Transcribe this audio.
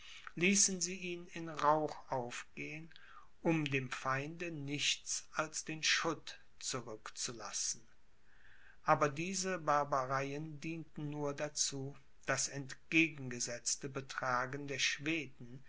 ließen sie ihn in rauch aufgehen um dem feinde nichts als den schutt zurückzulassen aber diese barbareien dienten nur dazu das entgegengesetzte betragen der schweden